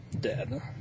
dead